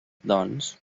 doncs